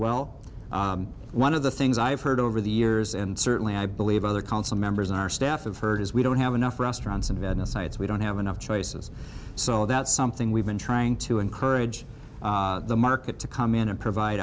well one of the things i've heard over the years and certainly i believe other council members and our staff of heard is we don't have enough restaurants in venice sites we don't have enough choices so that's something we've been trying to encourage the market to come in and provide